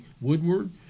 Woodward